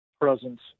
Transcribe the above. presence